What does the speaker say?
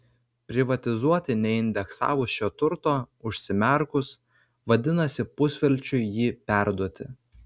privatizuoti neindeksavus šio turto užsimerkus vadinasi pusvelčiui jį perduoti